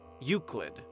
Euclid